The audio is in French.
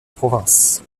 province